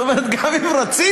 זאת אומרת, גם אם רצית.